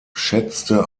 schätzte